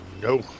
No